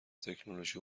تکنولوژی